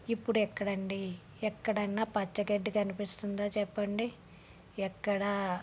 ఇప్పుడెక్కడండీ ఎక్కడన్న పచ్చిగడ్డి కనిపిస్తుందా చెప్పండి ఎక్కడా